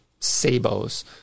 Sabos